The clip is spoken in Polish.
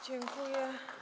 Dziękuję.